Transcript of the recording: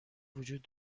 وجود